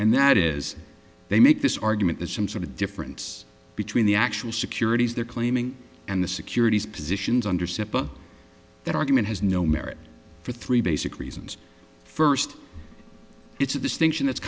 and that is they make this argument that some sort of difference between the actual securities they're claiming and the securities positions under seppa that argument has no merit for three basic reasons first it's a distinction that's